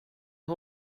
har